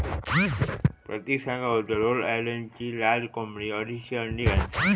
प्रतिक सांगा होतो रोड आयलंडची लाल कोंबडी अडीचशे अंडी घालता